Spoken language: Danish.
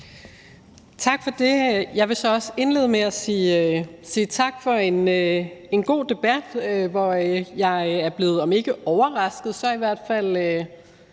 Tak for det. Jeg vil så også indlede med at sige tak for en god debat, hvor jeg er blevet om ikke overrasket så i hvert fald